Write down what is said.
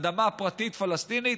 אדמה פרטית פלסטינית,